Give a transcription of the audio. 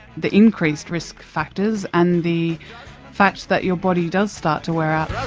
the increased risk factors, and the fact that your body does start to wear out.